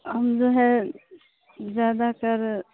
हम जो है ज़्यादातर